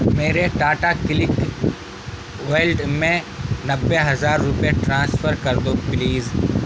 میرے Tata click wallet میں نبے ہزار روپئے ٹرانسفر کر دو پلیز